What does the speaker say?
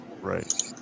Right